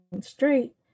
straight